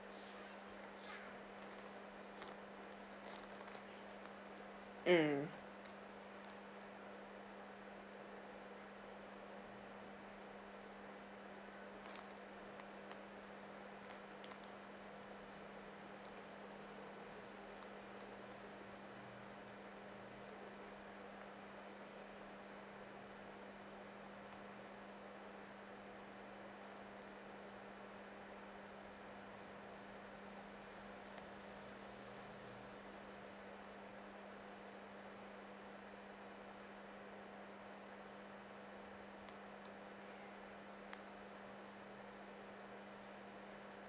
mm